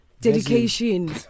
dedication